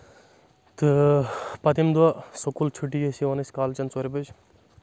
تہٕ پَتہٕ ییٚمہِ دۄہ سکوٗل چھُٹی ٲسۍ یِوان أسۍ کالچَن ژورِ بَجہِ